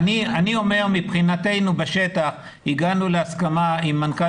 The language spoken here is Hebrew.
אני אומר שמבחינתנו בשטח הגענו להסכמה עם מנכ"ל